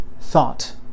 thought